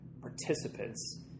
participants